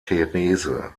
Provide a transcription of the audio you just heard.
therese